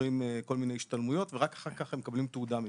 עוברים כל מיני השתלמויות ורק אחר כך הם מקבלים תעודה מאיתנו.